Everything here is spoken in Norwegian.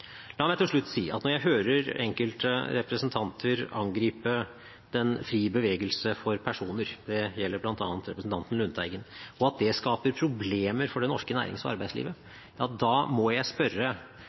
La meg til slutt når jeg hører enkelte representanter angripe fri bevegelse for personer – det gjelder bl.a. representanten Lundteigen – fordi det skaper problemer for norsk nærings- og